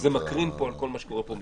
זה מקרין על כל מה שקורה פה.